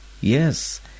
Yes